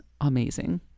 amazing